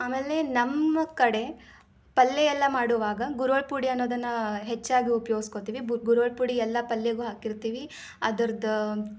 ಆಮೇಲೆ ನಮ್ಮ ಕಡೆ ಪಲ್ಯ ಎಲ್ಲ ಮಾಡುವಾಗ ಗುರೋಳ್ಳು ಪುಡಿ ಅನ್ನೋದನ್ನ ಹೆಚ್ಚಾಗಿ ಉಪಯೋಗ್ಸ್ಕೊತಿವಿ ಬು ಗುರೋಳ್ಳು ಪುಡಿ ಎಲ್ಲ ಪಲ್ಯೆಗೂ ಹಾಕಿರ್ತೀವಿ ಅದರ್ದು